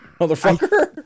Motherfucker